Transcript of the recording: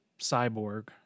cyborg